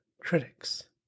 critics